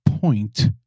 point